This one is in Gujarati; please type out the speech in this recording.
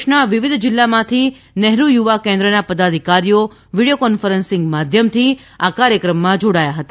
દેશના વિવિધ જિલ્લામાંથી નેહરુ યુવા કેન્દ્રના પદાધિકારીઓ વીડિયો કોન્ફરન્સિંગ માધ્યમથી આ કાર્યક્રમમાં જોડાયા હતા